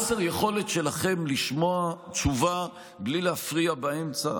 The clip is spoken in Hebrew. חוסר היכולת שלכם לשמוע תשובה בלי להפריע באמצע,